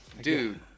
Dude